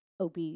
OB